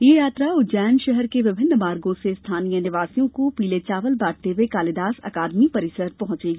यह यात्रा उज्जैन शहर के विभिन्न मार्गो से स्थानीय निवासियों को पीले चावल बांटते हुए कालिदास अकादमी परिसर पहुंचेगी